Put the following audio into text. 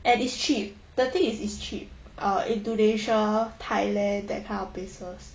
and it's cheap the thing is it's cheap or indonesia thailand that kind of places